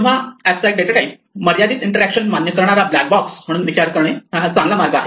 तेव्हा abstract data type मर्यादित interaction मान्य करणारा ब्लॅक बॉक्स म्हणून विचार करणे हा चांगला मार्ग आहे